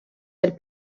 del